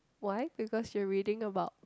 why because you are reading about